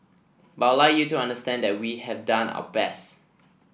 but I'd like you to understand that we have done our best